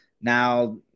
now